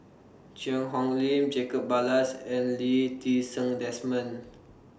Cheang Hong Lim Jacob Ballas and Lee Ti Seng Desmond